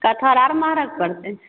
कठहर आर महग परतै